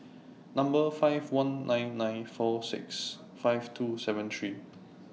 Number five one nine nine four six five two seven three